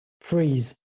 freeze